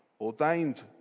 ordained